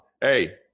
Hey